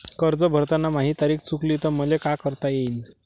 कर्ज भरताना माही तारीख चुकली तर मले का करता येईन?